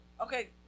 Okay